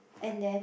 and then